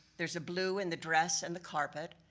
there's a blue in the dress and the carpet,